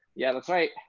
yeah, that's right.